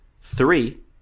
Three